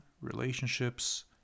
relationships